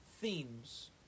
themes